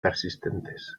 persistentes